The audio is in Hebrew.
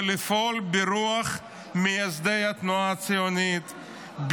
ולפעול ברוח מייסדי התנועה הציונית,